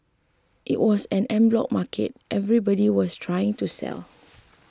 it was an en bloc market everybody was trying to sell